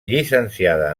llicenciada